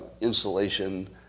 insulation